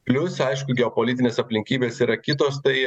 plius aišku geopolitinės aplinkybės yra kitos tai